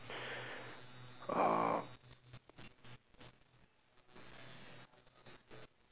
uh